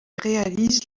réalise